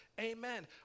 amen